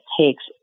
takes